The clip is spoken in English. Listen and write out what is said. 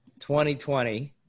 2020